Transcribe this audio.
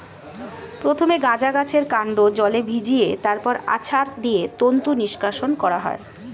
প্রথমে গাঁজা গাছের কান্ড জলে ভিজিয়ে তারপর আছাড় দিয়ে তন্তু নিষ্কাশণ করা হয়